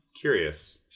Curious